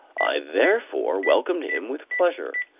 i therefore welcomed him with pleasure,